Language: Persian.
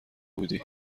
بودی